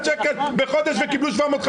אנשים שמרוויחים 50,000 שקל בחודש שקיבלו 750,